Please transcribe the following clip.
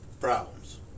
problems